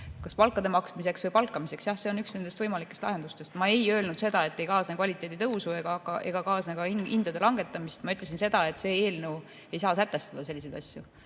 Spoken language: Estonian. palkade maksmiseks, ka [uute] palkamiseks. Jah, see on üks võimalikest lahendustest. Ma ei öelnud seda, et ei kaasne kvaliteedi tõusu ega kaasne ka hindade langetamist. Ma ütlesin seda, et see eelnõu ei saa sätestada selliseid asju.